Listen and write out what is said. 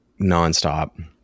nonstop